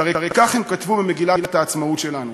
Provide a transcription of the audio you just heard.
שהרי כך כתבו במגילת העצמאות שלנו: